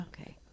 okay